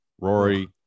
Rory